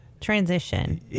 transition